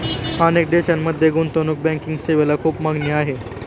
अनेक देशांमध्ये गुंतवणूक बँकिंग सेवेला खूप मागणी आहे